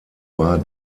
war